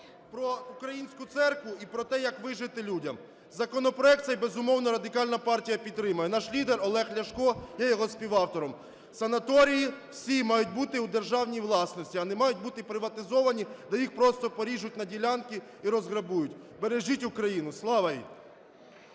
про українську церкву, і про те, як вижити людям. Законопроект цей, безумовно, Радикальна партія підтримує. Наш лідер Олег Ляшко є його співавтором. Санаторії всі мають бути у державній власності, а не мають бути приватизовані, де їх просто поріжуть на ділянки і розграбують. Бережіть Україну! Слава їй!